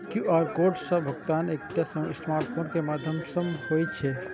QR code सं भुगतान एकटा स्मार्टफोन के माध्यम सं होइ छै